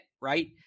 right